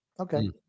Okay